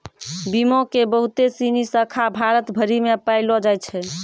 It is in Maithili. बीमा के बहुते सिनी शाखा भारत भरि मे पायलो जाय छै